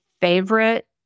favorite